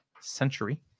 century